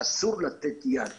ואסור לתת יד --- שנייה.